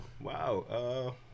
Wow